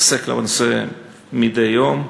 עוסק בנושא מדי יום,